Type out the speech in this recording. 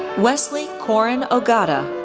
wesley korin ogata,